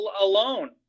alone